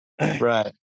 right